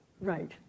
Right